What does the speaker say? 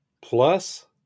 plus